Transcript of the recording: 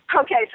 Okay